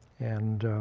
and